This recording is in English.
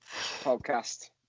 podcast